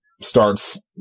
starts